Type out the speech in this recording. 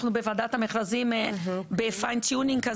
ועדת המכרזים ב-Fine Tuning,